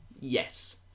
Yes